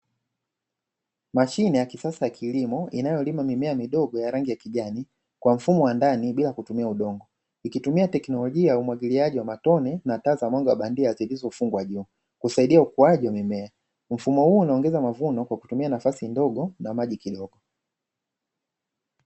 Mashine ya kisasa ya kilimo inayolima mimea midogo ya rangi ya kijani kwa mfumo wa ndani bila kutumia udongo, ikitumia teknolojia ya umwagiliaji wa matone na taa za mwanga wa bandia zilizofungwa juu kusaidia ukuaji wa mimea. Mfumo huo unaongeza mavuno kwa kutumia nafasi ndogo na maji kidogo.